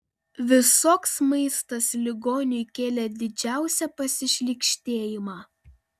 visoks maistas ligoniui kėlė didžiausią pasišlykštėjimą